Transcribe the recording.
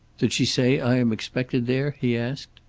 did she say i am expected there? he asked.